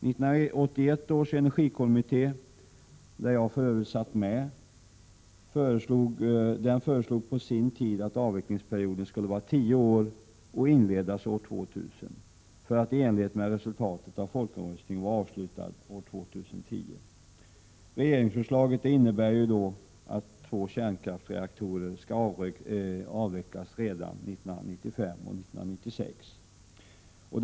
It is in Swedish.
1981 års energikommitté, där jag för övrigt satt med, föreslog på sin tid att avvecklingsperioden skulle vara tio år. Den skulle inledas år 2000, för att i enlighet med resultatet av folkomröstningen vara avslutad år 2010. Regeringens förslag innebär att två kärnkraftsreaktorer skall avvecklas redan 1995 resp. 1996.